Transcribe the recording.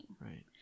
Right